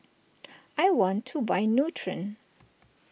I want to buy Nutren